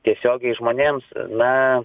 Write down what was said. tiesiogiai žmonėms na